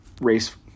race